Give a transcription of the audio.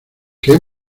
qué